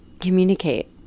communicate